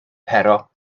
pero